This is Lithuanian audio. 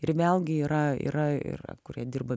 ir vėlgi yra yra yra kurie dirba